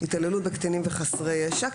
התעללות בקטינים וחסר ישע,